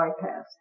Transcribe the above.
bypass